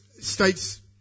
states